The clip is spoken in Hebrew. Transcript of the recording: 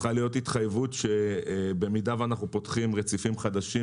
צריכה להיות התחייבות שאם אנחנו פותחים רציפים חדשים,